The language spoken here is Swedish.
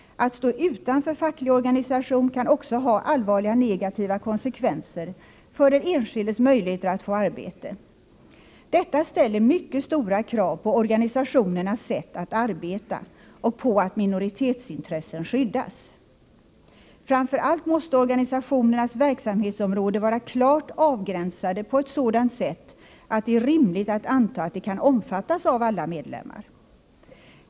Att stå utanför facklig organisation kan också ha allvarliga negativa konsekvenser för den enskildes möjligheter att få arbete. Detta ställer mycket stora krav på organisationernas sätt att arbeta och på att minoritetsintressen skyddas. Framför allt måste organisationernas verksamhetsområde vara klart avgränsade på ett sådant sätt att det är rimligt att anta att det kan omfattas av alla medlemmar.